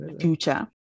future